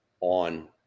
on